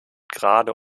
gerade